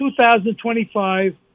2025